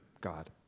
God